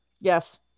Yes